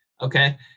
Okay